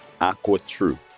AquaTrue